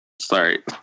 Sorry